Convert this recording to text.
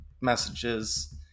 messages